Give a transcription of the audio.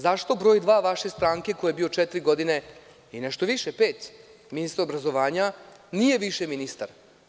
Zašto broj dva vaše stranke, koji je bio četiri godine, skoro pet, ministar obrazovanja, nije više ministar?